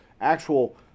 actual –